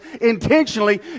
intentionally